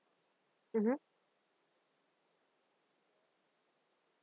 mmhmm